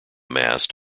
mast